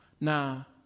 Now